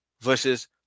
versus